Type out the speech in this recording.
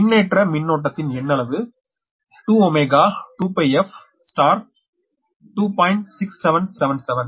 மின்னேற்ற மின்னோட்டத்தின் எண்ணளவு 2 2f 2